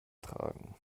tragen